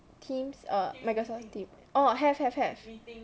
teams err microsoft team orh have have have